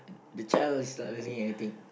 the child is not learning anything